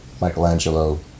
Michelangelo